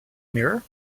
mirror